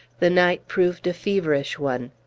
the night proved a feverish one.